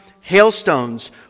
hailstones